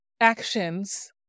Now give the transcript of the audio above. actions